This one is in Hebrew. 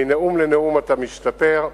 מנאום לנאום אתה משתפר.